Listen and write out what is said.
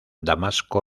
damasco